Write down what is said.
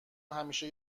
همیشه